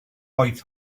oedd